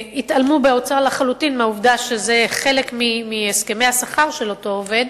באוצר התעלמו לחלוטין מהעובדה שזה חלק מהסכמי השכר של אותו עובד,